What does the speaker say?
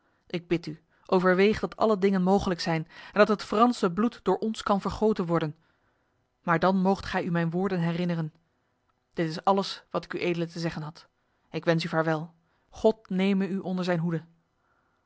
ik bid u overweeg dat alle dingen mogelijk zijn en dat het franse bloed door ons kan vergoten worden maar dan moogt gij u mijn woorden herinneren dit is alles wat ik uedele te zeggen had ik wens u vaarwel god neme u onder zijn hoede